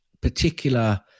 particular